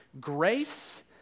Grace